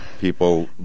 people